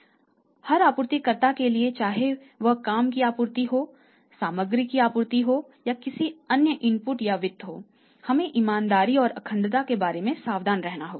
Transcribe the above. लेकिन हर आपूर्तिकर्ता के लिए चाहे वह काम की आपूर्ति हो सामग्री की आपूर्ति या किसी अन्य इनपुट या वित्त हो हमें ईमानदारी और अखंडता के बारे में सावधान रहना होगा